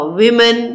women